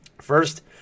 First